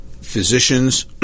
Physicians